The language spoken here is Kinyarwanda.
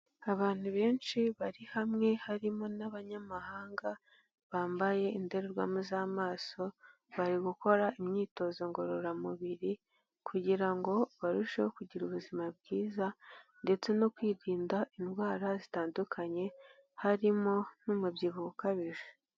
Abantu benshi bari hamwe harimo n'abanyamahanga bambaye indorerwamo z'amaso bari gukora imyitozo ngororamubiri kugira ngo barusheho kugira ubuzima bwiza ndetse no kwirinda indwara zitandukanye harimo n'umubyibuho ukabije.